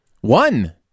One